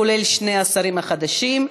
כולל שני השרים החדשים,